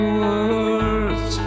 words